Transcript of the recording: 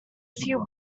few